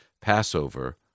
Passover